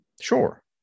Sure